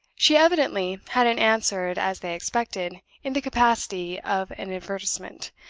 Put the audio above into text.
she evidently hadn't answered as they expected in the capacity of an advertisement,